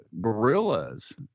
gorillas